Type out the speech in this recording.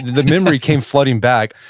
the memory came flooding back.